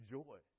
joy